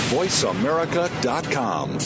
voiceamerica.com